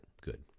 Good